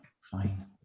Fine